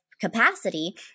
capacity